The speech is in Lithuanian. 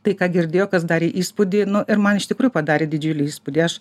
tai ką girdėjo kas darė įspūdį ir man iš tikrųjų padarė didžiulį įspūdį aš